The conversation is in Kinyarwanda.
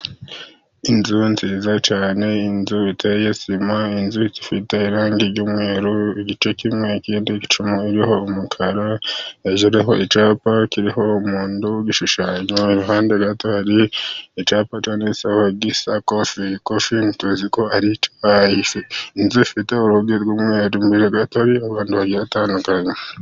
Inzu nziza cyane ni inzu iteye sima inzu ifite irangi ry'umweru igice kimwe, icumu ririho umukara hejuru hariho icyapa kiriho umuntu w'igishushanyo, iruhande gato hari icyapa icyapa cyanditseho gisakofi inzu ifite urugi rw'umweru, imbere gato hari abantu bagiye batandukanye.